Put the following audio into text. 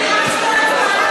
עשית פיליבסטר,